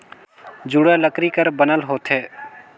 जुड़ा लकरी कर बनल होथे